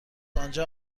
آنجا